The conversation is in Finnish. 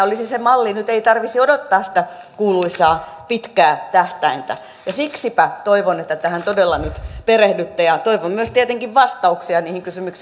olisi se malli nyt ei tarvitsisi odottaa sitä kuuluisaa pitkää tähtäintä siksipä toivon että tähän todella nyt perehdytte ja toivon myös tietenkin vastauksia niihin